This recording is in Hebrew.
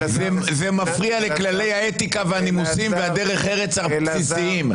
זה מפריע לכללי האתיקה והנימוסים ודרך ארץ בסיסיים.